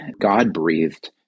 God-breathed